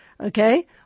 Okay